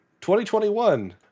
2021